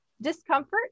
discomfort